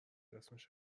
اسمش